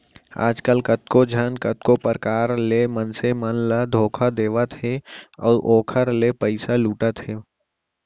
आजकल कतको झन कतको परकार ले मनसे मन ल धोखा देवत हे अउ ओखर ले पइसा लुटत हे